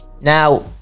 now